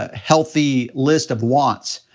ah healthy list of wants.